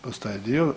Postaje dio.